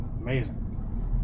Amazing